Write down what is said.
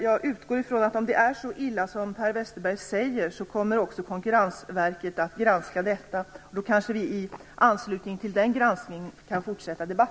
Om det är så illa som Per Westerberg säger, kommer Konkurrensverket att granska detta, och då kan vi kanske fortsätta debatten i anslutning till det.